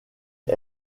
est